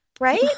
Right